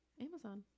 amazon